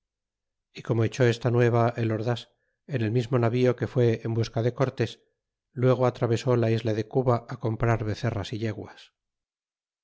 y como echó esta nueva el ordas en el mismo navío que fue en busca de cortes luego atravesó la isla de cuba comprar becerras y yeguas